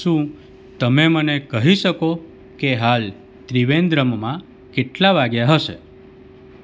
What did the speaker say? શું તમે મને કહી શકો કે હાલ ત્રિવેન્દ્રમમાં કેટલા વાગ્યા હશે